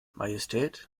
majestät